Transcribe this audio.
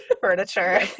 furniture